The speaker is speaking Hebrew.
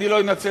אני לא אנצל,